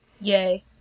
Yay